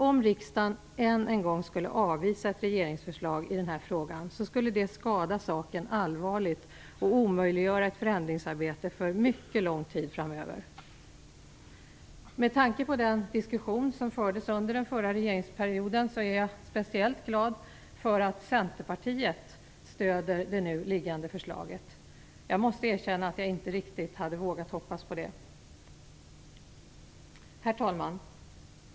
Om riksdagen än en gång skulle avvisa ett regeringsförslag i den här frågan skulle det skada saken allvarligt och omöjliggöra ett förändringsarbete för mycket lång tid framöver. Med tanke på den diskussion som fördes under den förra regeringsperioden är jag speciellt glad över att Centerpartiet stöder det nu liggande förslaget. Jag måste erkänna att jag inte riktigt hade vågat hoppas på det. Herr talman!